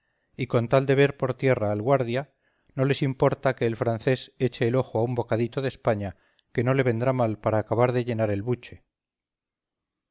y con tal de ver por tierra al guardia no les importa que el francés eche el ojo a un bocadito de españa que no le vendrá mal para acabar de llenar el buche